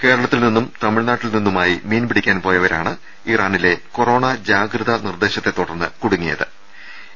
കേരളത്തിൽ നിന്നും തമിഴ്നാട്ടിൽ നിന്നുമായി മീൻപിടിക്കാൻ പോയവ രാണ് ഇറാനിലെ കൊറോണ ജാഗ്രതാ നിർദ്ദേശത്തെ തുടർന്ന് കുടുങ്ങി പ്പോയത്